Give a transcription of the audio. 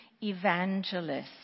evangelists